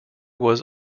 was